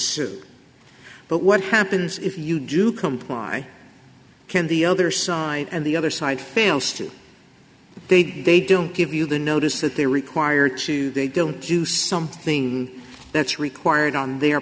sue but what happens if you do comply can the other side and the other side fails to they'd they don't give you the notice that they're required to do something that's required on their